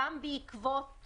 גם בעקבות